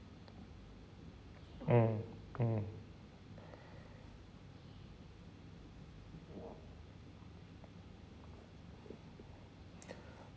mm mm